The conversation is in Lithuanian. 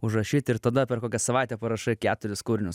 užrašyt ir tada per kokią savaitę parašai keturis kūrinius